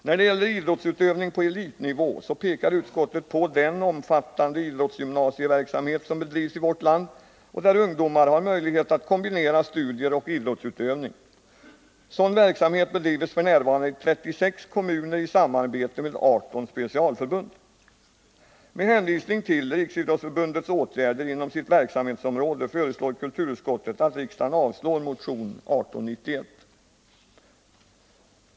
När det gäller idrottsutövning på elitnivå pekar utskottet på den omfattande idrottsgymnasieverksamhet som bedrivs i vårt land och där ungdomar har möjlighet att kombinera studier och idrottsutövning. Sådan verksamhet bedrivs f. n. i 36 kommuner i samarbete med 18 specialförbund. Med hänvisning till Riksidrottsförbundets åtgärder inom sitt verksamhetsområde föreslår kulturutskottet att riksdagen avslår motion 1891.